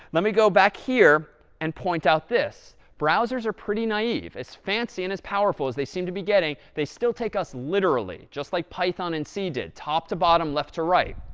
let me go back here and point out this. browsers are pretty naive. as fancy and as powerful as they seem to be getting, they still take us literally, just like python and c did, top to bottom, left to right.